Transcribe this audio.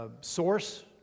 Source